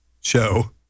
show